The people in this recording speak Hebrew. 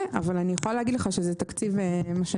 אבל אני יכולה להגיד לך שזה תקציב מכובד.